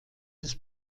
des